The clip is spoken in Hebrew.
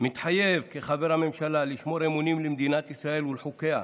מתחייב כחבר הממשלה לשמור אמונים למדינת ישראל ולחוקיה,